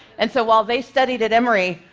and so, while they studied at emory,